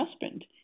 husband